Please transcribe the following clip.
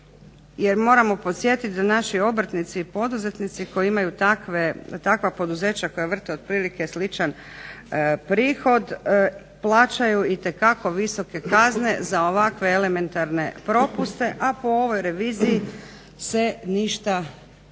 trebamo podsjetiti da naši obrtnici i poduzetnici koji imaju takva poduzeća koja vrte otprilike sličan prihod plaćaju itekako visoke kazne za ovako elementarne propuste a po ovoj reviziji se ništa